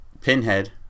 Pinhead